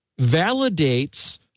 validates